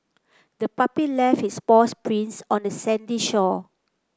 the puppy left its paws prints on the sandy shore